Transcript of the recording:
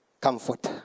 comfort